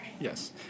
yes